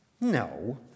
No